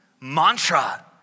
mantra